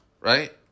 Right